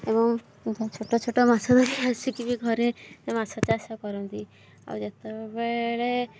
ଏବଂ ଛୋଟ ଛୋଟ ମାଛ ଧରି ଆସିକି ବି ଘରେ ମାଛ ଚାଷ କରନ୍ତି ଆଉ ଯେତେବେଳେ